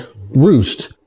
roost